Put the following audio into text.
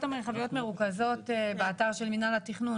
אם ההנחיות המרחביות מרוכזות באתר של מינהל התכנון